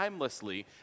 timelessly